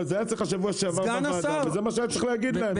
אבל זה היה אצלך שבוע שעבר בוועדה וזה מה שהיה צריך להגיד להם,